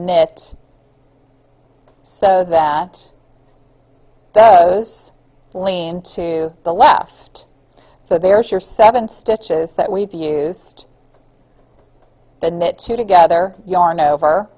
knit so that those lean to the left so there's your seven stitches that we've used to knit two together yarn over